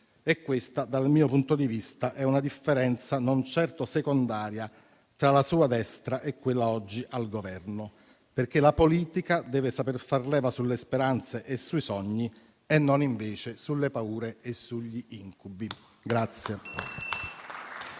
Questa, dal mio punto di vista, è una differenza non certo secondaria tra la sua destra e quella oggi al Governo, perché la politica deve saper far leva sulle speranze e sui sogni e non invece sulle paure e sugli incubi.